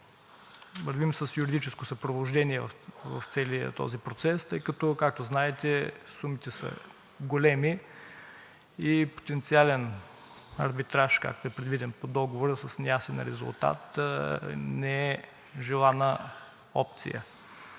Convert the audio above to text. вървим с юридическо съпровождение в целия този процес, тъй като, както знаете, сумите са големи и потенциален арбитраж, както е предвиден по договора, с неясен резултат, не е желана опция.